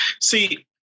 See